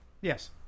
Yes